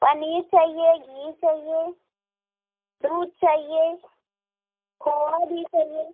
पनीर चाहिए घी चाहिए दूध चाहिए खोवा भी चाहिए